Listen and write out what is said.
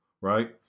right